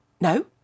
no